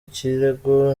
ikirego